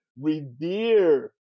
revere